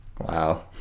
Wow